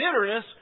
bitterness